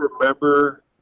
remember